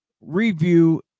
review